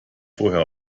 vorher